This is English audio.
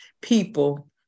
people